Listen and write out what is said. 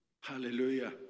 Hallelujah